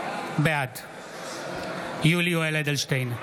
בעד יולי יואל אדלשטיין,